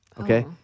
Okay